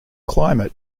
climate